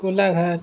Golaghat